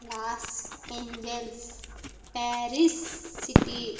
Los Angeles Paris city